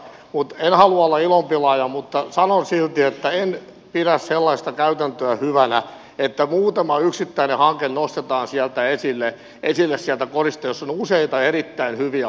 en halua olla ilonpilaaja mutta sanon silti että en pidä sellaista käytäntöä hyvänä että muutama yksittäinen hanke nostetaan esille sieltä korista jossa on useita erittäin hyviä hankkeita